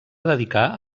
dedicar